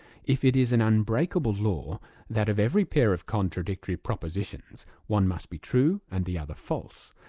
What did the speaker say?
if it is an unbreakable law that of every pair of contradictory propositions, one must be true, and the other false,